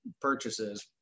purchases